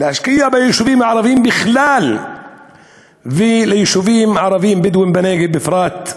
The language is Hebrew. להשקיע ביישובים הערביים בכלל וביישובים ערביים-בדואיים בנגב בפרט.